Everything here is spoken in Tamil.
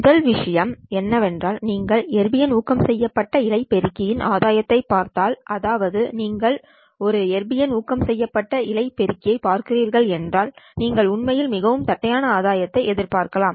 முதல் விஷயம் என்னவென்றால் நீங்கள் எர்பியம் ஊக்கம் செய்யப்பட்ட இழை பெருக்கியின் ஆதாயத்தைப் பார்த்தால் அதாவது நீங்கள் ஒரு எர்பியம் ஊக்கம் செய்யப்பட்ட இழை பெருக்கியைப் பார்க்கிறீர்கள் என்றால் நீங்கள் உண்மையில் மிகவும் தட்டையான ஆதாயத்தை எதிர்பார்க்கலாம்